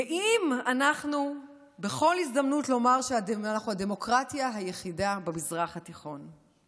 גאים אנחנו בכל הזדמנות לומר שאנחנו הדמוקרטיה היחידה במזרח התיכון.